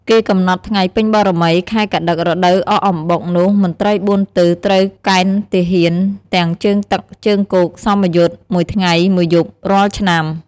គេកំណត់ថ្ងៃ ពេញ បូណ៌មី ខែកត្តិក រដូវអកអំបុកនោះមន្ត្រី៤ទិស ត្រូវកេណ្ឌទាហានទាំងជើងទឹក ជើងគោក «សមយុទ្ធ» ១ថ្ងៃ ១យប់រាល់ឆ្នាំ។